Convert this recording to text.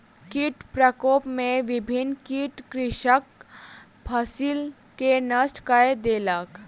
कीट प्रकोप में विभिन्न कीट कृषकक फसिल के नष्ट कय देलक